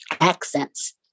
accents